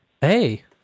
Hey